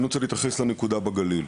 אני רוצה להתייחס לנקודה בגליל,